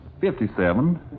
Fifty-seven